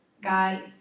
God